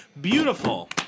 Beautiful